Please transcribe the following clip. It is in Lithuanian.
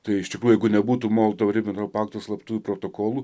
tai iš tikrųjų jeigu nebūtų molotovo ribentropo pakto slaptųjų protokolų